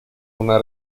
una